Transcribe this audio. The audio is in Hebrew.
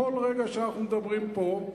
בכל רגע שאנחנו מדברים פה,